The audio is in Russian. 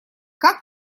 как